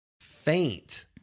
faint